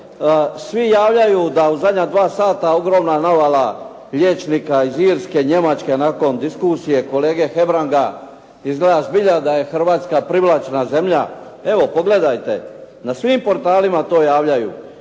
Svi javljaju da u zadnja dva sata ogromna navala liječnika iz Irske, Njemačke nakon diskusije kolege Hebranga. Izgleda zbilja da je Hrvatska privlačna zemlja. Evo pogledajte, na svim portalima to javljaju.